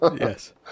yes